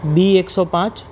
બી એકસો પાંચ